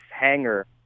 hangar